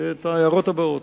את ההערות הבאות.